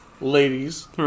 Ladies